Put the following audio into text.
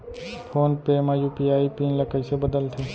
Phone पे म UPI pin ल कइसे बदलथे?